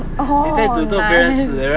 oh [ho] nice